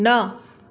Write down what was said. न